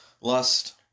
lust